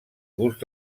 gust